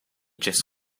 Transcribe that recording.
just